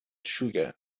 sugar